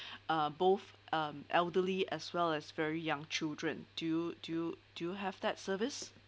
uh both um elderly as well as very young children do you do you do you have that service